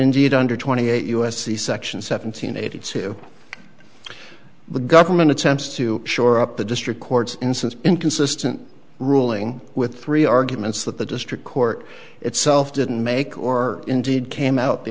indeed under twenty eight u s c section seven hundred eighty two the government attempts to shore up the district court's instance inconsistent ruling with three arguments that the district court itself didn't make or indeed came out the